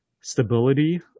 stability